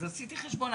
אז עשיתי חשבון.